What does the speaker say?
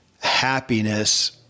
happiness